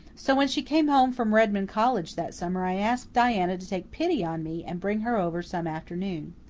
so when she came home from redmond college that summer i asked diana to take pity on me and bring her over some afternoon.